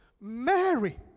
Mary